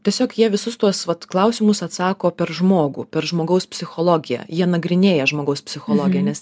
tiesiog jie visus tuos vat klausimus atsako per žmogų per žmogaus psichologiją jie nagrinėja žmogaus psichologiją nes